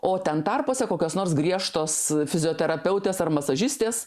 o ten tarpuose kokios nors griežtos fizioterapeutės ar masažistės